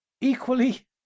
equally